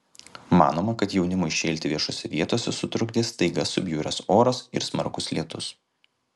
manoma kad jaunimui šėlti viešose vietose sutrukdė staiga subjuręs oras ir smarkus lietus